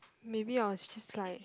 maybe I'll just like